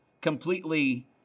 completely